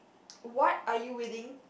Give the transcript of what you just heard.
what are you willing